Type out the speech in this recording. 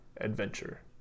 adventure